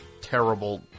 terrible